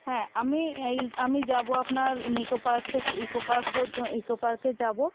হ্যাঁ আমি এই আমি যাবো আপনার নিকো পার্ক থেকে ইকো পার্ক পর্যো ইকো পার্কে যাবো